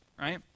right